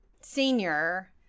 senior